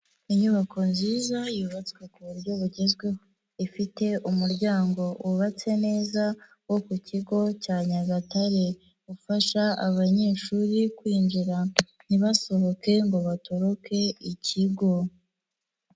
Inyubako nziza yubatswe ku buryo bugezweho, ifite umuryango wubatse neza wo ku kigo cya Nyagatare, ufasha abanyeshuri kwinjira ntibasohoke ngo batoroke ikigo.